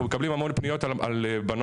אנחנו מקבלים המון פניות על בנות,